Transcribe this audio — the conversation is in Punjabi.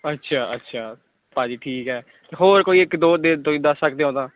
ਅੱਛਾ ਅੱਛਾ ਭਾਅ ਜੀ ਠੀਕ ਹੈ ਅਤੇ ਹੋਰ ਕੋਈ ਇੱਕ ਦੋ ਦ ਤੁਸੀਂ ਦੱਸ ਸਕਦੇ ਹੋ ਤਾਂ